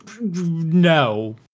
No